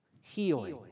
Healing